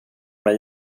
mig